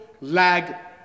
lag